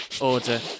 order